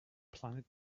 planet